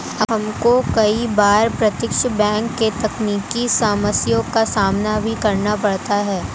हमको कई बार प्रत्यक्ष बैंक में तकनीकी समस्याओं का सामना भी करना पड़ता है